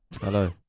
Hello